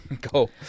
Go